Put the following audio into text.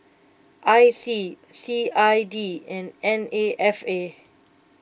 I C C I D and N A F A